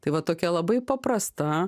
tai va tokia labai paprasta